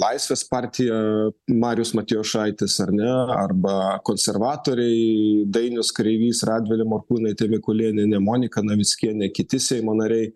laisvės partija marius matjošaitis ar ne arba konservatoriai dainius kreivys radvilė morkūnaitė mikulėnienė monika navickienė kiti seimo nariai